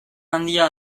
handia